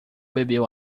bebeu